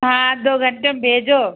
हाँ दो घंटे में भेजो